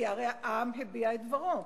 כי הרי העם הביע את דברו.